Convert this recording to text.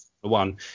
One